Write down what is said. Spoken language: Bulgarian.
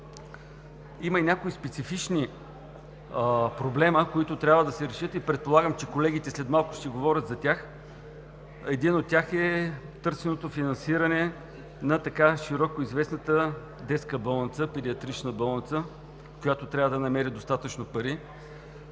Има и някои специфични проблеми, които трябва да се решат, и предполагам, че колегите след малко ще говорят за тях. Един от тях е търсеното финансиране на така широко известната детска болница – Педиатричната болница, която трябва да намери достатъчно пари.